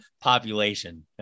population